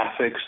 graphics